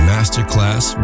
Masterclass